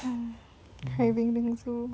craving bingsu